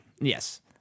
Yes